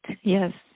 Yes